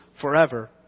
forever